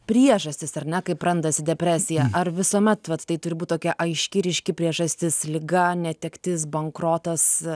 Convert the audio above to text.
priežastis ar ne kaip randasi depresija ar visuomet vat tai turi būti tokia aiški ryški priežastis liga netektis bankrotas